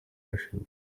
yashize